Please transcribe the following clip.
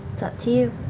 it's up to you.